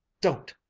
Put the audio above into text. don't!